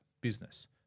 business